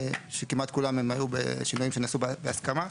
שכמעט כולם היו שינויים שנעשו בהסכמה.